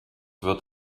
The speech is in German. wird